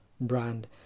Brand